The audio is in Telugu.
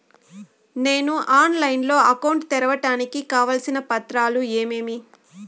నేను ఆన్లైన్ లో అకౌంట్ తెరవడానికి కావాల్సిన పత్రాలు ఏమేమి?